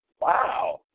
Wow